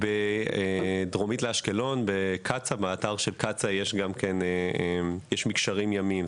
דרומית לאשקלון באתר של קצא"א יש מקשרים ימיים,